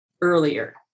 earlier